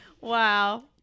Wow